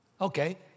Okay